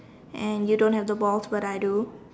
and you don't have the balls but I do